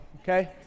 okay